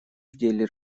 деле